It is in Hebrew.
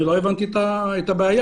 לא הבנתי את הבעיה.